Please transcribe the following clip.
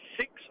six